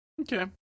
okay